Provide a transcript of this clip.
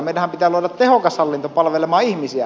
meidänhän pitää luoda tehokas hallinto palvelemaan ihmisiä